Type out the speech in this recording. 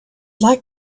like